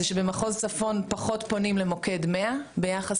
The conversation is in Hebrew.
אז במחוז צפון פונים למוקד 100 פחות ביחס